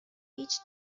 هیچ